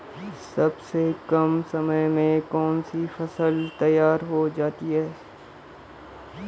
सबसे कम समय में कौन सी फसल तैयार हो जाती है?